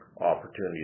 opportunities